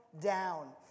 down